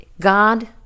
God